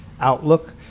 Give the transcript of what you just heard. outlook